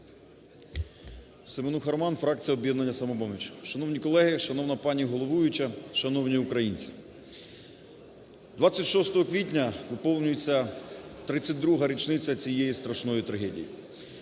Семенуха Роман, фракція "Об'єднання "Самопоміч". Шановні колеги! Шановна пані головуюча! Шановні українці! 26 квітня виповнюється 32-га річниця цієї страшної трагедії.